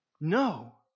No